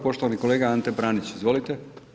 Poštovani kolega Ante Pranić, izvolite.